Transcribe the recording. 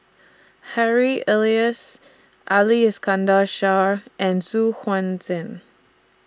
Harry Elias Ali Iskandar Shah and Su Huan Zhen